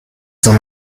torn